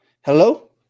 hello